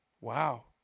Wow